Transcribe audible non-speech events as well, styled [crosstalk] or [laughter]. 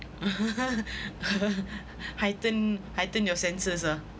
[laughs] heighten heighten your senses ah